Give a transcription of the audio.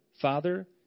Father